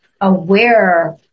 aware